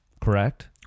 Correct